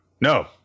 No